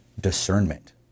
discernment